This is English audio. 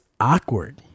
awkward